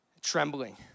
trembling